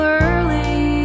early